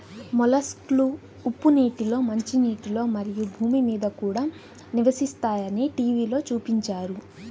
మొలస్క్లు ఉప్పు నీటిలో, మంచినీటిలో, మరియు భూమి మీద కూడా నివసిస్తాయని టీవిలో చూపించారు